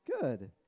Good